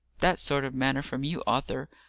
that sort of manner from you, arthur,